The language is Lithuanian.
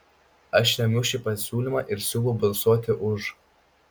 aš remiu šį pasiūlymą ir siūlau balsuoti už